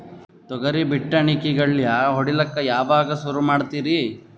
ತೊಗರಿ ಬಿತ್ತಣಿಕಿಗಿ ಗಳ್ಯಾ ಹೋಡಿಲಕ್ಕ ಯಾವಾಗ ಸುರು ಮಾಡತೀರಿ?